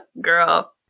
Girl